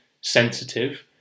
sensitive